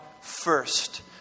first